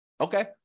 Okay